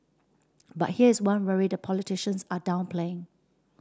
but here's one worry the politicians are downplaying